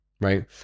right